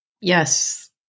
Yes